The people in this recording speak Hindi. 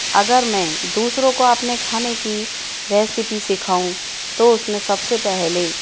अगर मैं दूसरों को अपने खाने की रेसिपी सिखाऊं तो उसमें सबसे पहले